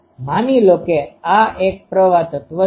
માની લો કે આ એક પ્રવાહ તત્વ છે